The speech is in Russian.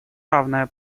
равное